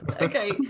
Okay